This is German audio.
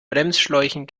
bremsschläuchen